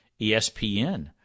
espn